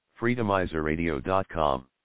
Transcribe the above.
Freedomizerradio.com